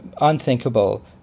unthinkable